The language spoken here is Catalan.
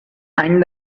any